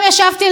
שאלתי אותו,